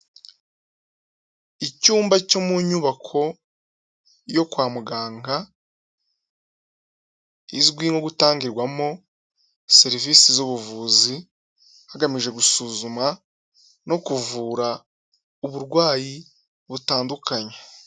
Icyumba cyo mu nyubako yo kwa muganga izwi nko gutangirwamo serivisi z'ubuvuzi, hagamijwe gusuzuma no kuvura uburwayi butandukanye.